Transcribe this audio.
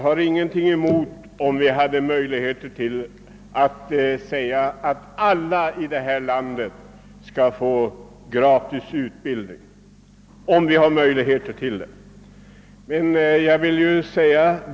Herr talman! Jag skulle inte ha någonting emot att alla i det här landet beredes gratis undervisning om vi hade möjligheter till det.